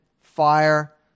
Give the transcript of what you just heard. fire